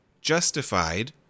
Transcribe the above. justified